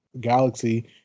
galaxy